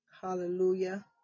hallelujah